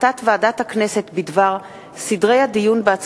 לקריאה ראשונה,